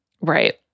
Right